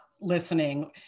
listening